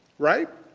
right?